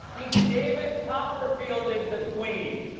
he's david copperfielded the queen.